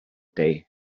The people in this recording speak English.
day